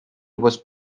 was